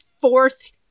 fourth-